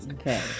Okay